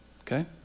Okay